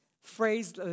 phrase